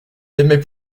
l’aimais